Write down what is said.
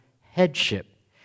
headship